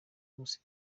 nkusi